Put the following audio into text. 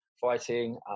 fighting